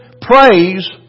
praise